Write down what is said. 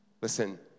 Listen